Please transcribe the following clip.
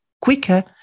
quicker